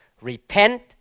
Repent